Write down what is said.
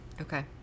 Okay